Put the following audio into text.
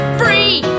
free